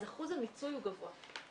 אז אחוז המיצוי הוא גבוה.